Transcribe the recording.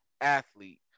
athlete